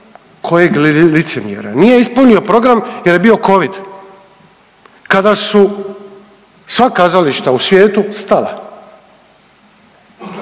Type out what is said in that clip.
kojeg li licemjerja. Nije ispunio program jer je bio covid, kada su sva kazališta u svijetu stala